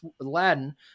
Aladdin